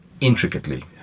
intricately